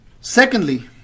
Secondly